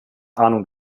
ahnung